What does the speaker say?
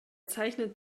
zeichnet